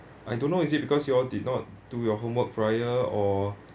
I don't know is it because you all did not do your homework prior or